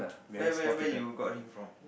where where where you got him from